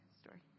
story